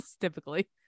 typically